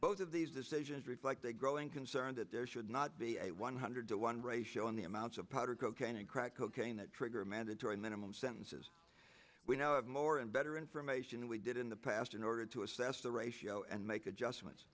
both of these decisions reflect a growing concern that there should not be a one hundred to one ratio on the amounts of powder cocaine and crack cocaine that trigger a mandatory minimum sentences we know of more and better information than we did in the past in order to assess the ratio and make adjustments